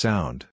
Sound